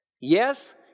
Yes